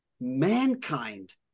mankind